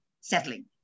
settling